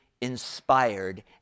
inspired